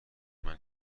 کمی